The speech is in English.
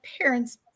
parents